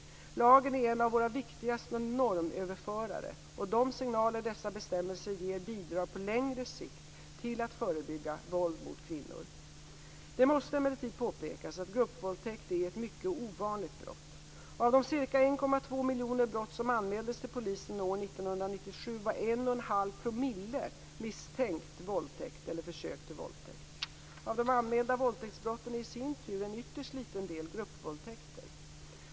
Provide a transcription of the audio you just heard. Lagen är en av våra viktigaste normöverförare och de signaler dessa bestämmelser ger bidrar på längre sikt till att förebygga våld mot kvinnor. Det måste emellertid påpekas att gruppvåldtäkt är ett mycket ovanligt brott. Av de ca 1,2 miljoner brott som anmäldes till polisen år 1997 var en och en halv promille misstänkt våldtäkt eller försök till våldtäkt. Av de anmälda våldtäktsbrotten är, i sin tur, en ytterst liten del gruppvåldtäkter.